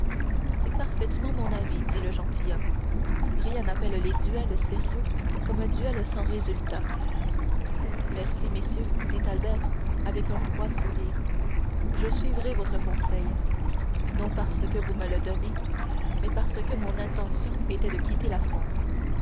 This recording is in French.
c'est parfaitement mon avis dit le gentilhomme rien n'appelle les duels sérieux comme un duel sans résultat merci messieurs répondit albert avec un froid sourire je suivrai votre conseil non parce que vous me le donnez mais parce que mon intention était de quitter la france